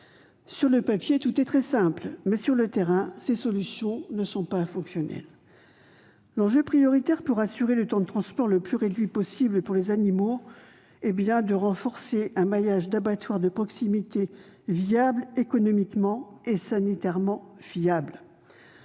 Sur le papier, tout est très simple ; mais sur le terrain, ces solutions ne sont pas fonctionnelles. L'enjeu prioritaire pour assurer le temps de transport le plus réduit possible est de renforcer un maillage d'abattoirs de proximité économiquement viables et sanitairement fiables.